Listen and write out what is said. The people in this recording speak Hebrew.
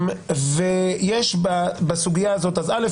אז א',